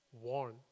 warn